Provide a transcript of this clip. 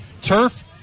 turf